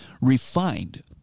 refined